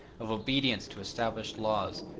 of obedience to established laws,